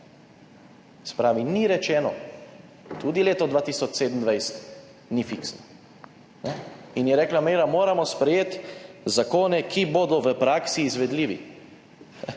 pravi, ni rečeno, tudi leto 2027 ni fiksno. In je rekla Meira: »Moramo sprejeti zakone, ki bodo v praksi izvedljivi.«